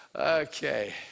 Okay